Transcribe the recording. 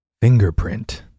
Fingerprint